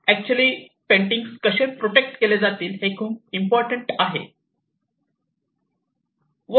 actually painting कसे protect केले जातील हे खूप इम्पॉर्टंट आहे